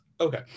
okay